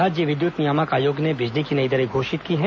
राज्य विद्युत नियामक आयोग ने बिजली की नई दरें घोषित की हैं